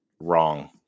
wrong